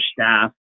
staff